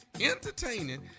entertaining